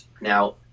now